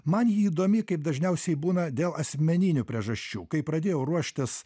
man ji įdomi kaip dažniausiai būna dėl asmeninių priežasčių kai pradėjau ruoštis